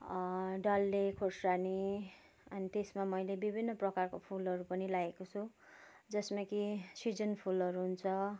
डल्ले खोर्सानी अनि त्यसमा मैले विभिन्न प्रकारको फुलहरू पनि लगाएको छु जसमा कि सिजन फुलहरू हुन्छ